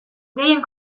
gehien